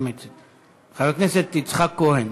חבר הכנסת יצחק כהן